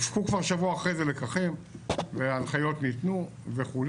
הופקו כבר שבוע אחרי זה לקחים וההנחיות ניתנו וכו'.